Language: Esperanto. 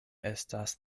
estas